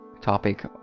topic